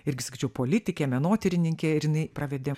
irgi sakyčiau politikė menotyrininkė ir jinai pravedė